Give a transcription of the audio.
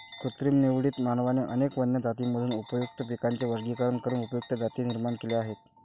कृत्रिम निवडीत, मानवाने अनेक वन्य जातींमधून उपयुक्त पिकांचे वर्गीकरण करून उपयुक्त जाती निर्माण केल्या आहेत